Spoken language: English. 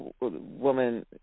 woman